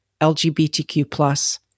LGBTQ+